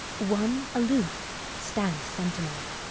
one aloof stand sentinel.